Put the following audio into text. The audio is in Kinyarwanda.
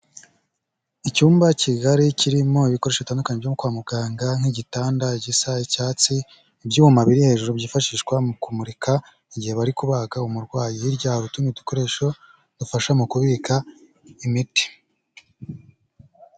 Icyumba kigari kirimo ibikoresho bitandukanye byo kwa muganga, nk'igitanda gisa icyatsi, ibyuma biri hejuru byifashishwa mu kumurika igihe bari kubaga umurwayi, hirya hari utundi dukoresho dufasha mu kubika imiti.